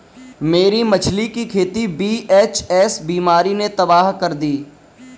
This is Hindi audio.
मेरी मछली की खेती वी.एच.एस बीमारी ने तबाह कर दी